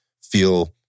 feel